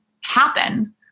happen